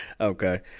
Okay